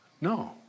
No